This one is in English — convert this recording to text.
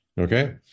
Okay